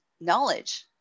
knowledge